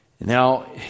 Now